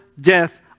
death